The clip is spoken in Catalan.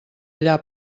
allà